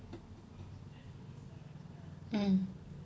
mm